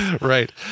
right